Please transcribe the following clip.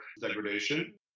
degradation